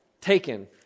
taken